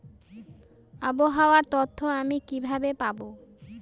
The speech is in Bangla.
আবহাওয়ার তথ্য আমি কিভাবে পাবো?